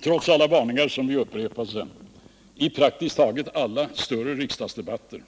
Trots alla varningar, som vi upprepade i praktiskt taget alla större riksdagsdebatter,